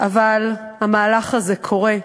אבל המהלך הזה קורה,